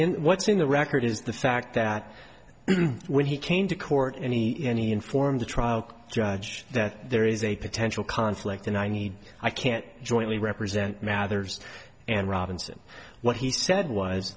in what's in the record is the fact that when he came to court any any informed the trial judge that there is a potential conflict and i need i can't jointly represent mathers and robinson what he said was